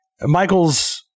Michael's